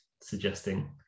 suggesting